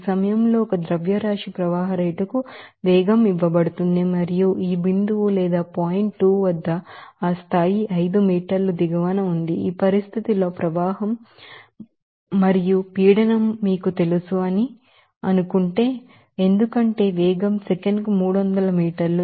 ఈ సమయంలో ఒక మాస్ ఫ్లో రేట్ కు వేగం ఇవ్వబడుతుంది మరియు ఈ బిందువు 2 వద్ద ఆ స్థాయి 5 మీటర్ల దిగువన ఉంది ఈ స్థితిలో ఫ్లో మరియు ప్రెషర్ మీకు తెలుసు అని మీకు తెలుసు ఎందుకంటే వేగం సెకనుకు 300 మీటర్లు